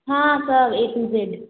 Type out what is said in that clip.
हाँ sir A to Z